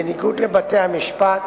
בניגוד לבתי-המשפט,